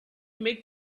make